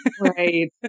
Right